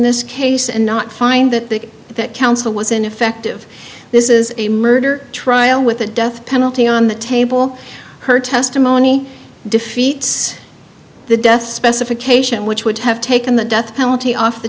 this case and not find that the counsel was ineffective this is a murder trial with the death penalty on the table her testimony defeats the death specification which would have taken the death penalty off the